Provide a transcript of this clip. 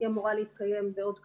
היא אמורה להתקיים בעוד כשבועיים,